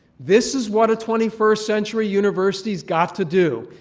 this is what a twenty first century university has got to do.